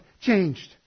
changed